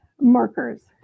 markers